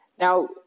Now